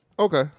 Okay